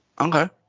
okay